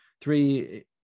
three